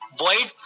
void